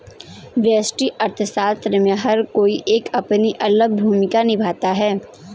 व्यष्टि अर्थशास्त्र में हर कोई एक अपनी अलग भूमिका निभाता है